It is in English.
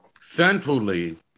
centrally